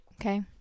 okay